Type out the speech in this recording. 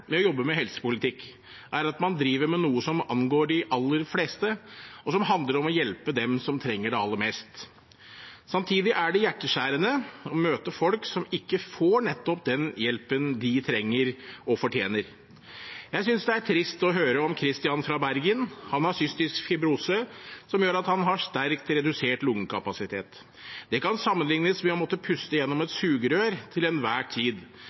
med å jobbe med helsepolitikk er at man driver med noe som angår de aller fleste, og som handler om å hjelpe dem som trenger det aller mest. Samtidig er det hjerteskjærende å møte folk som ikke får den hjelpen de trenger og fortjener. Jeg synes det er trist å høre om Christian fra Bergen. Han har cystisk fibrose, noe som gjør at han har sterkt redusert lungekapasitet. Det kan sammenliknes med å måtte puste gjennom et sugerør til enhver tid.